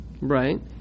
Right